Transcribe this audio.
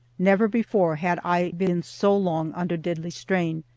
never before had i been so long under deadly strain.